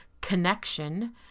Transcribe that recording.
connection